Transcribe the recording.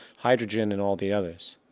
hydrogen and all the others.